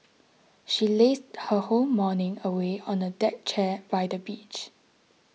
she lazed her whole morning away on a deck chair by the beach